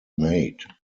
made